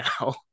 now